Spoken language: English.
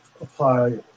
apply